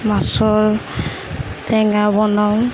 মাছৰ টেঙা বনাওঁ